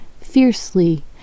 Fiercely